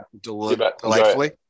Delightfully